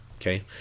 Okay